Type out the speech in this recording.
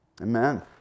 Amen